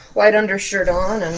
white undershirt on and